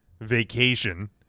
vacation